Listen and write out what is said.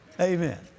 Amen